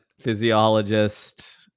physiologist